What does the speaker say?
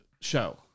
show